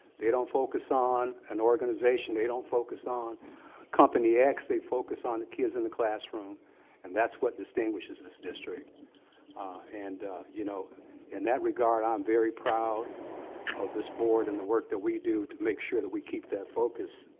they don't focus on an organization. they don't focus on company x. they focus on kids in the classroom and that's what distinguishes this district and you know in that regard i'm very proud of this board and the work that we do to make sure that we keep that focus.